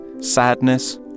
sadness